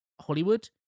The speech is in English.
Hollywood